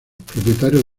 propietario